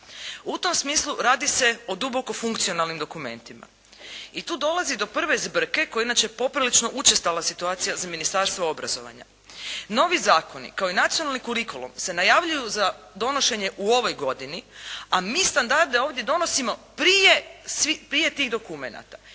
U tom smislu radi se o duboko funkcionalnim dokumentima. I tu dolazi do prve zbrke koja je inače poprilično učestala situacija za Ministarstvo obrazovanja. Novi zakoni kao i nacionalni kurikulum se najavljuju za donošenje u ovoj godini, a mi standarde ovdje donosimo prije tih dokumenata.